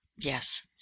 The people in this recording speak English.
Yes